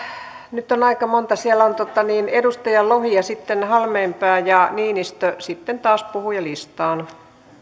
nyt on aika monta siellä on edustaja lohi ja sitten halmeenpää ja niinistö sitten taas puhujalistaan